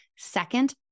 second